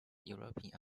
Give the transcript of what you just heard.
european